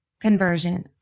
conversion